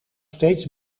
steeds